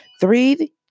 three